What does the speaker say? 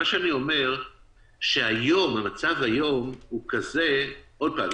אני אומר שהמצב היום הוא כזה עוד פעם,